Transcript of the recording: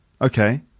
Okay